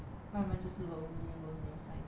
不然他们就是 lonely lonely scientists